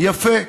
יפה,